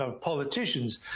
politicians